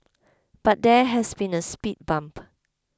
but there has been a speed bump